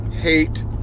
hate